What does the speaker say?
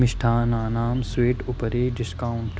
मिष्टान्नानां sweet उपरि discount